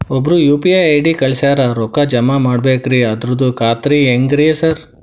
ಒಬ್ರು UPI ID ಕಳ್ಸ್ಯಾರ ರೊಕ್ಕಾ ಜಮಾ ಮಾಡ್ಬೇಕ್ರಿ ಅದ್ರದು ಖಾತ್ರಿ ಹೆಂಗ್ರಿ ಸಾರ್?